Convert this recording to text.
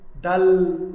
dull